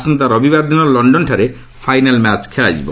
ଆସନ୍ତା ରବିବାର ଦିନ ଲଣ୍ଡନଠାରେ ଫାଇନାଲ୍ ମ୍ୟାଚ୍ ଖେଳାଯିବ